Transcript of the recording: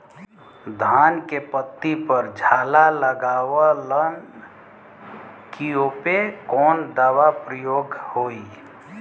धान के पत्ती पर झाला लगववलन कियेपे कवन दवा प्रयोग होई?